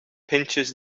pinches